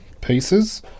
pieces